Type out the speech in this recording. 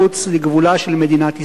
מחוץ לגבולה של מדינת ישראל.